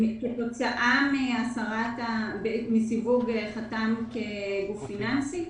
כתוצאה מסיווג חתם כגוף פיננסי?